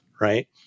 right